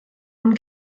und